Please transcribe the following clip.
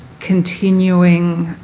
continuing,